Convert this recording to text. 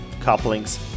couplings